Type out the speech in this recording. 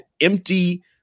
empty –